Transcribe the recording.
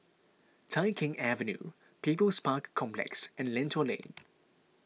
Tai Keng Avenue People's Park Complex and Lentor Lane